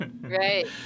right